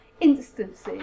instances